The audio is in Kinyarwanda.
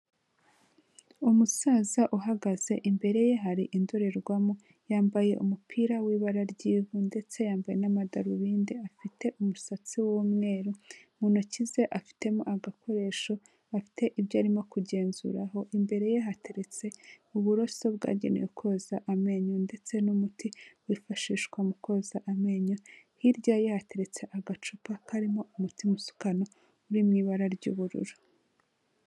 Umusaza uhagaze imbere ye hari indorerwamo yambaye umupira w'ibara ry'ivu ndetse yambaye n'amadarubindi afite umusatsi w'umweru, mu ntoki ze afitemo agakoresho afite ibyo arimo kugenzuraho, imbere ye hateretse uburoso bwagenewe koza amenyo ndetse n'umuti wifashishwa mu koza amenyo, hirya ye hateretse agacupa karimo umutima musukano uri mu ibara ry'ubururu.